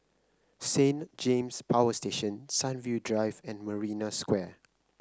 Saint James Power Station Sunview Drive and Marina Square